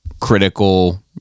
critical